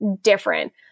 different